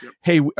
hey